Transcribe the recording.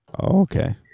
okay